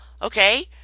Okay